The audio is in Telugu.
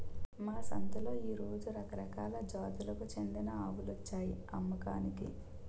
మా సంతలో ఈ రోజు రకరకాల జాతులకు చెందిన ఆవులొచ్చాయి అమ్మకానికి